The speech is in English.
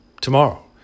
Tomorrow